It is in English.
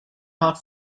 not